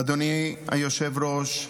אדוני היושב-ראש,